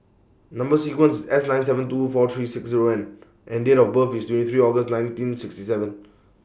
Number sequence IS S nine seven two four three six Zero N and Date of birth IS twenty three August nineteen sixty seven